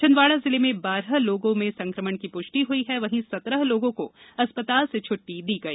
छिंदवाड़ा जिले में बारह लोगों में संकमण की प्रष्टि हई है वहीं सत्रह लोगों को अस्पताल से छुट्टी दी गई